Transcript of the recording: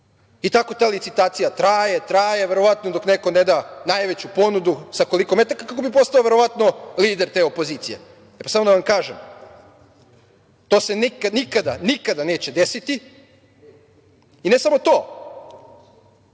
Vučić. Ta licitacija traje, traje verovatno dok neko ne da najveću ponudu sa koliko metaka kako bi postao verovatno lider te opozicije. Samo da vam kažem, to se nikada neće desiti i ne samo to,